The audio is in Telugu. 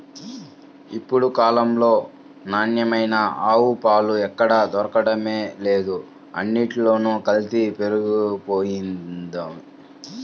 ఇప్పుడు కాలంలో నాణ్యమైన ఆవు పాలు ఎక్కడ దొరకడమే లేదు, అన్నిట్లోనూ కల్తీ పెరిగిపోతంది